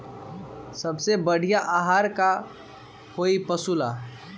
सबसे बढ़िया आहार का होई पशु ला?